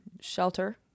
Shelter